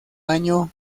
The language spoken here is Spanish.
año